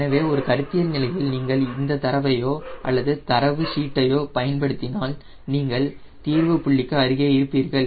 எனவே ஒரு கருத்தியல் நிலையில் நீங்கள் இந்த தரவையோ அல்லது தரவு ஷூட்டையோ பயன்படுத்தினால் நீங்கள் தீர்வு புள்ளிக்கு அருகே இருப்பீர்கள்